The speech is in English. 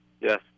Yes